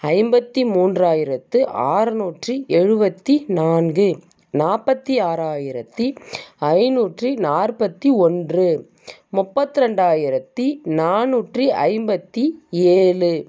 ஐம்பத்து மூன்றாயிரத்து ஆறுநூற்றி எழுபத்தி நான்கு நாற்பத்தி ஆறாயிரத்து ஐநூற்றி நாற்பத்தி ஒன்று முப்பத்துரெண்டாயிரத்து நானூற்றி ஐம்பத்து ஏழு